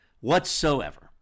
whatsoever